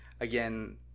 again